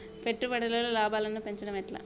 పెట్టుబడులలో లాభాలను పెంచడం ఎట్లా?